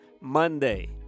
monday